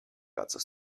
access